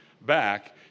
back